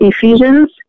Ephesians